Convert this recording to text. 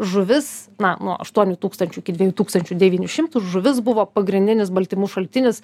žuvis na nuo aštuonių tūkstančių iki dviejų tūkstančių devynių šimtų žuvis buvo pagrindinis baltymų šaltinis